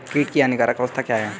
कीट की हानिकारक अवस्था क्या है?